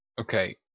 Okay